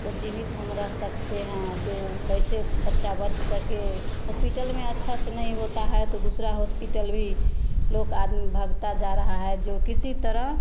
को जीवित हम रह सकते हैं जो कैसे बच्चा बच सके हॉस्पिटल में अच्छा से नहीं होता है तो दूसरा हॉस्पिटल भी लोग आदमी भगता जा रहा है जो किसी तरह